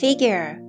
Figure